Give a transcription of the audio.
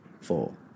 four